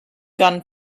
gun